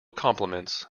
compliments